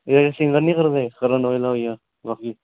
एह् जेह्ड़े सिंगर निं करदे करन ओजला होइया जेह्ड़े